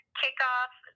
kickoff